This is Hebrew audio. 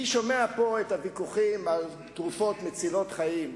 אני שומע פה את הוויכוחים על תרופות מצילות חיים.